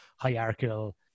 hierarchical